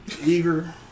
eager